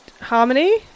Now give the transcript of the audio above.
Harmony